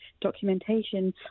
documentation